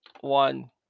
one